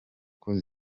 kuba